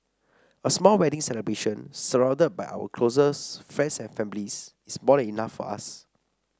a small wedding celebration surrounded by our closest friends and families is more enough for us